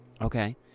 Okay